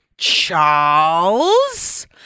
Charles